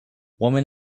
women